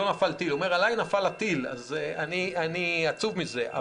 הוא אומר, עליי נפל הטיל ואני עצוב מזה.